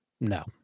No